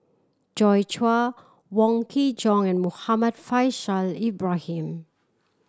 Joi Chua Wong Kin Jong and Muhammad Faishal Ibrahim